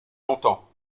longtemps